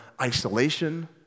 isolation